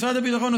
משרד הביטחון,